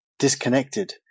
disconnected